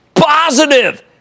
positive